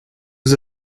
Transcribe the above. was